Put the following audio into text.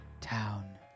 town